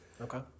Okay